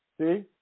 See